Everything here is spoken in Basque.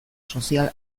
sozial